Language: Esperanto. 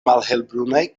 malhelbrunaj